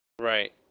Right